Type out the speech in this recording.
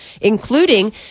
including